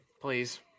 please